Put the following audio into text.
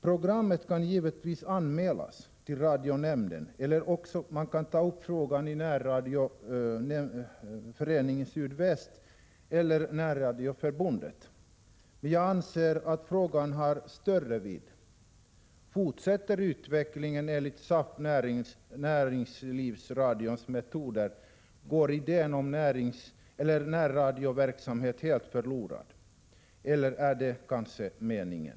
Programmet kan givetvis anmälas till radionämnden, eller också kan man ta upp frågan i Närradioföreningen Sydväst eller Närradioförbundet, men jag anser att frågan har större vidd. Fortsätter utvecklingen enligt SAF Näringslivsradions metoder går idén om närradioverksamheten helt förlorad. Är det kanske meningen?